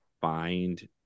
find